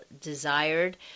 desired